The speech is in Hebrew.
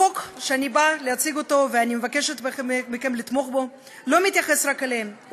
החוק שאני באה להציג ואני מבקשת מכם לתמוך בו לא מתייחס רק אליהם,